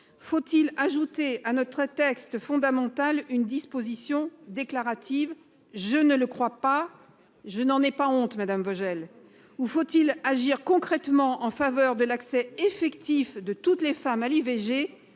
Faut-il ajouter à notre texte fondamental une disposition déclarative ? Je ne le crois pas, et je n'en ai pas honte, madame Vogel. Ou faut-il agir concrètement en faveur de l'accès effectif de toutes les femmes à l'IVG ?